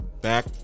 back